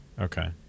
Okay